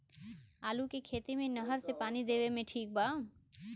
आलू के खेती मे नहर से पानी देवे मे ठीक बा?